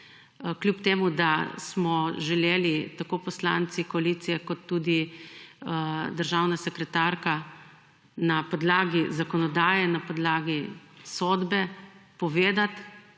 kljub temu, da smo želeli tako poslanci koalicije kot tudi državna sekretarka na podlagi zakonodaje in na podlagi sodbe povedati,